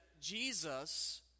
Jesus